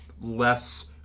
less